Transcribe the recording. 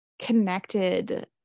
connected